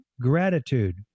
gratitude